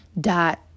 dot